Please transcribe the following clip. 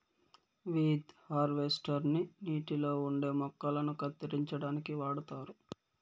weed harvester ని నీటిలో ఉండే మొక్కలను కత్తిరించడానికి వాడుతారు